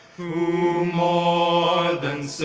who more than